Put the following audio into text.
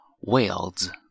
Wales